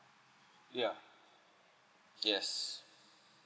ya yes